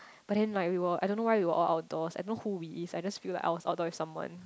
but then like we were I don't know why we were all outdoors I know who is we I just scream it out altering someone